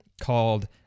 called